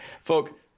folk